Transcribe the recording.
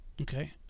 okay